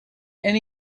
and